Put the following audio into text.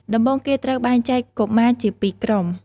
ដំបូង គេត្រូវបែងចែកកុមារជាពីរក្រុម។